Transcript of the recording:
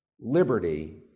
liberty